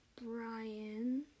Brian